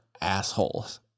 assholes